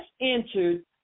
entered